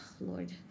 Lord